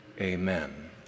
amen